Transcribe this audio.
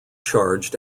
charged